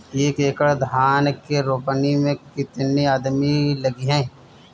एक एकड़ धान के रोपनी मै कितनी आदमी लगीह?